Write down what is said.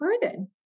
burden